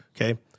okay